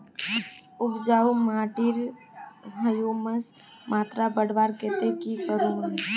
उपजाऊ माटिर ह्यूमस मात्रा बढ़वार केते की करूम?